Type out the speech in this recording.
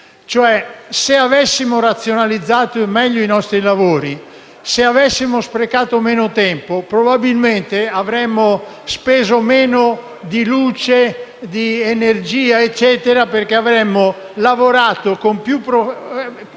se avessimo razionalizzato meglio i nostri lavori e avessimo sprecato meno tempo, probabilmente avremmo speso meno in luce ed energia, perché avremmo lavorato più proficuamente